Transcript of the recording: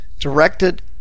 directed